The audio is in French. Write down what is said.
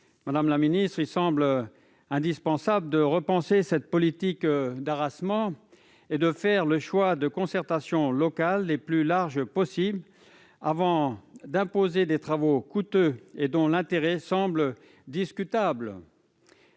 aval. Il semble donc indispensable de repenser cette politique d'arasement et d'opérer des concertations locales les plus larges possible avant d'imposer des travaux coûteux dont l'intérêt semble discutable.